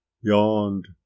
yawned